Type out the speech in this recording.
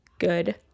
good